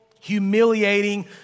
humiliating